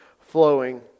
flowing